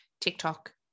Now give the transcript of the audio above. TikTok